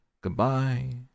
Goodbye